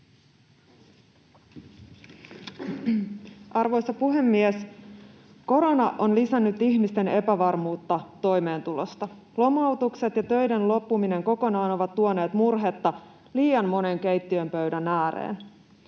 Arvoisa puhemies! Korona on lisännyt ihmisten epävarmuutta toimeentulosta. Lomautukset ja töiden loppuminen kokonaan ovat tuoneet murhetta liian monen keittiönpöydän ääreen.